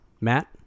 Matt